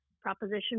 Proposition